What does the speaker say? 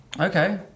Okay